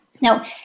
Now